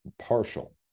Partial